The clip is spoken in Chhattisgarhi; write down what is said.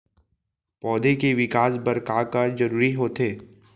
पौधे के विकास बर का का जरूरी होथे?